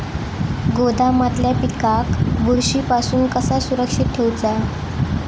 गोदामातल्या पिकाक बुरशी पासून कसा सुरक्षित ठेऊचा?